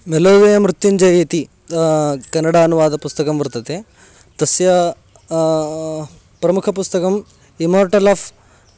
मेलेये मृत्युञ्जय इति कनडा अनुवादपुस्तकं वर्तते तस्य प्रमुखपुस्तकम् इमोर्टल् आफ़्